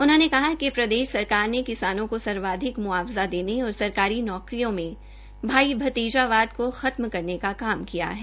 उन्होंने कहा कि प्रदेश सरकार ने किसानों को सर्वाधिक मुआवजा देने और सरकारी नौकरियों में भाई भतीजा वाद को खत्म करने का काम किया है